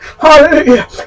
Hallelujah